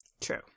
True